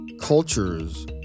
cultures